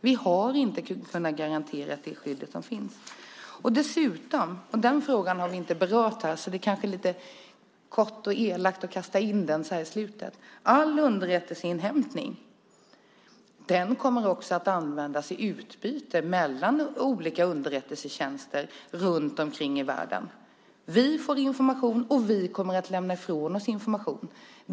Vi har inte kunnat garantera det skydd som finns. Dessutom vill jag beröra en fråga som vi inte har berört här, så det kanske är lite hårt och elakt att kasta in den så här i slutet. All underrättelseinhämtning kommer också att användas i utbyten mellan olika underrättelsetjänster runt omkring i världen. Vi får information, och vi kommer att lämna ifrån oss information.